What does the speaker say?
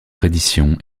reddition